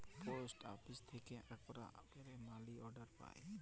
post office থেক্যে আকটা ক্যারে মালি অর্ডার পায়